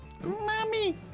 mommy